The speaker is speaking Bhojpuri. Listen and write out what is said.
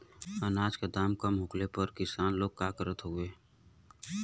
अनाज क दाम कम होखले पर किसान लोग का करत हवे?